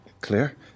Clear